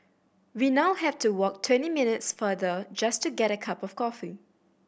we now have to walk twenty minutes farther just to get a cup of coffee